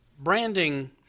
Branding